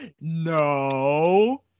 No